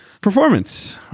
performance